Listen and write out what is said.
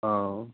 অঁ